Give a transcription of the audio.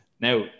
now